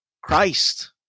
Christ